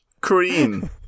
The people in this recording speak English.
Cream